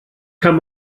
kann